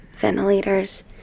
ventilators